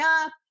up